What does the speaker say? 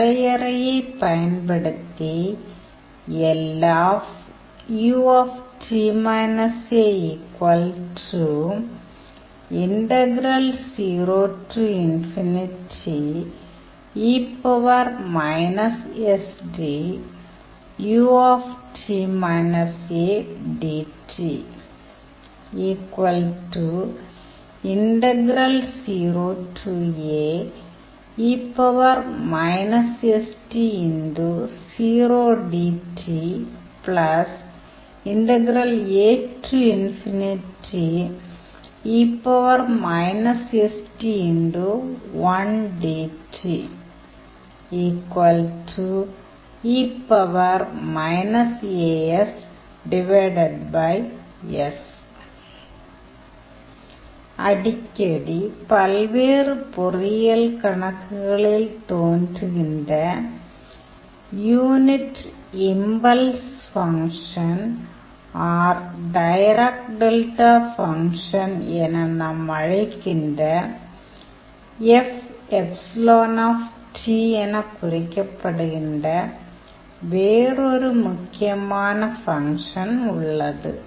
வரையறையைப் பயன்படுத்தி அடிக்கடி பல்வேறு பொறியியல் பணக்குகளில் தோன்றுகின்ற unit impulse function or Dirac delta function என நாம் அழைக்கின்ற என குறிக்கப் படுகின்ற வேறொரு முக்கியமான ஃபங்க்ஷன் உள்ளது